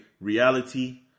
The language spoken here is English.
reality